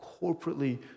corporately